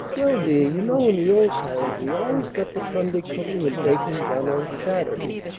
well, dear, you know in the old times we always got the sunday cooking and baking done on saturday,